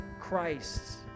Christ